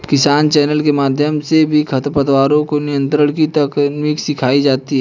किसान चैनल के माध्यम से भी खरपतवारों के नियंत्रण की तरकीब सिखाई जाती है